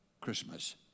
christmas